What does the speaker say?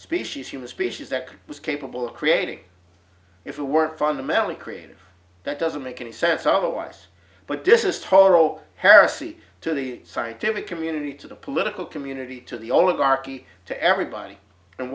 species human species that was capable of creating if we weren't fundamentally creative that doesn't make any sense otherwise but this is toro heresy to the scientific community to the political community to the all of archy to everybody and